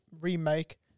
Remake